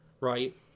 right